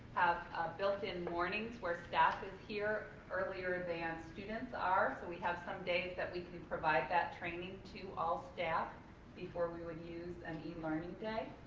built in mornings where staff is here earlier than students are. so we have some days where we can provide that training to all staff before we would use an e-learning day.